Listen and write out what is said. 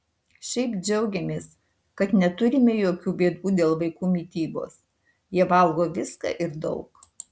šiaip džiaugiamės kad neturime jokių bėdų dėl vaikų mitybos jie valgo viską ir daug